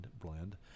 blend